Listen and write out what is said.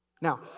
Now